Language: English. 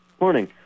morning